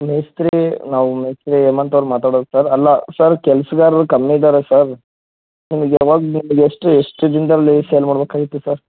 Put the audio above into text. ಮೇಸ್ತ್ರಿ ನಾವು ಮೇಸ್ತ್ರಿ ಹೇಮಂತ್ ಅವ್ರು ಮಾತಾಡೋದು ಸರ್ ಅಲ್ಲ ಸರ್ ಕೆಲ್ಸಗಾರ್ರು ಕಮ್ಮಿ ಇದ್ದಾರೆ ಸರ್ ನಿಮಗೆ ಯಾವಾಗ ಬೇಕು ಎಷ್ಟು ಎಷ್ಟು ದಿನದಲ್ಲಿ ಸೇಲ್ ಮಾಡ್ಬೇಕಾಗಿತ್ತು ಸರ್